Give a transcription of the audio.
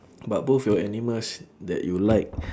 but both your animals that you like